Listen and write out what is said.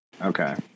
Okay